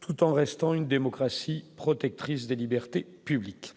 tout en restant une démocratie protectrice des libertés publiques,